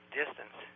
distance